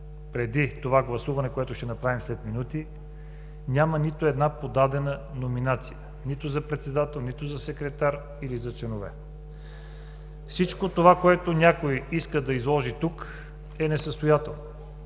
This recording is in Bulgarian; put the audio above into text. преди това гласуване, което ще направим след минути, няма нито една подадена номинация – нито за председател, нито за секретар или за членове. Всичко това, което някой иска да изложи тук, е несъстоятелно.